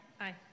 Aye